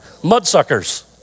Mudsuckers